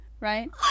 right